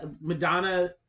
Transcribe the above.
Madonna